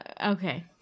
okay